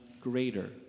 greater